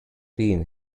been